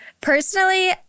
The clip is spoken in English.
Personally